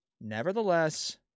nevertheless